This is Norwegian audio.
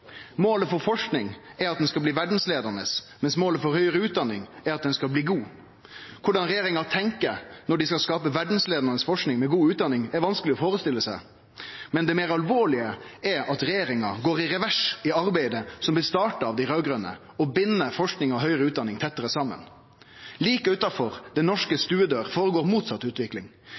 Målet for forskinga er at ho skal bli «verdensledende», mens målet for høgre utdanning er at ho skal bli «god». Korleis regjeringa tenkjer når dei skal skape «verdensledende» forsking med «god» utdanning, er vanskeleg å førestille seg. Men det meir alvorlege er at regjeringa går i revers i arbeidet som blei starta av dei raud-grøne – å binde forsking og høgre utdanning tettare saman. Like utanfor den norske stuedøra føregår motsett utvikling.